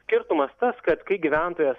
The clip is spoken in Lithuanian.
skirtumas tas kad kai gyventojas